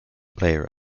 player